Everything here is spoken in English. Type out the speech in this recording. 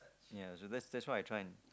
ya that's that's why I tryna